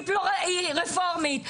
לא כל עמותה שנכנסת לממלכתי היא רפורמית.